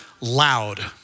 loud